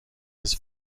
his